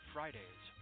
Fridays